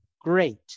Great